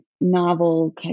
novel